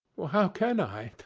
how can i?